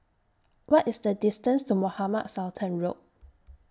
What IS The distance to Mohamed Sultan Road